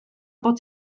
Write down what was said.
bod